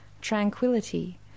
tranquility